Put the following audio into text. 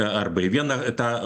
a arba į vieną tą